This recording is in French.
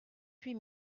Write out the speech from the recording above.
huit